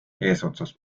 eesotsas